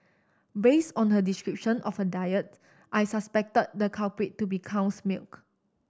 based on her description of her diet I suspected the culprit to be cow's milk